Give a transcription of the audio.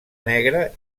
negra